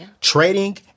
Trading